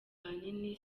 ahanini